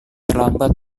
terlambat